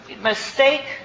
mistake